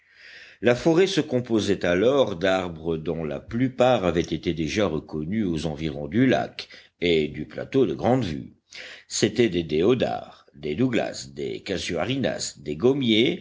la forêt se composait alors d'arbres dont la plupart avaient été déjà reconnus aux environs du lac et du plateau de grande vue c'étaient des déodars des douglas des casuarinas des gommiers